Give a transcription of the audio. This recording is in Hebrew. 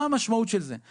מה המשמעות של זה?